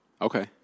Okay